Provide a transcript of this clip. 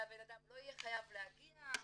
שהבנאדם לא יהיה חייב להגיע,